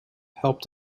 helped